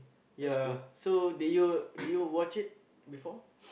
ya so did you did you watch it before